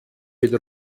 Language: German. mit